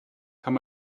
kann